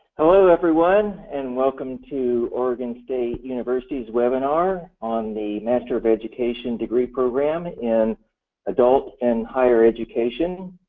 hello everyone and welcome to oregon state university's webinar on the master of education degree program in adult and higher education.